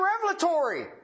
revelatory